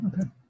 okay